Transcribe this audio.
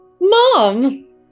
Mom